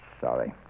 sorry